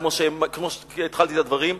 כמו שהתחלתי את הדברים,